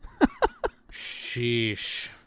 Sheesh